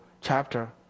chapter